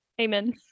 Amen